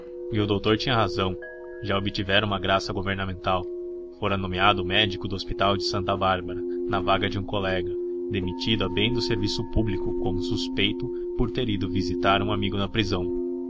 doutor tinha razão já obtivera uma graça governamental fora nomeado médico do hospital de santa bárbara na vaga de um colega demitido a bem do serviço público como suspeito por ter ido visitar um amigo na prisão